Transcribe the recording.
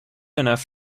enough